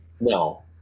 No